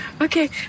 Okay